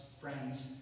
friends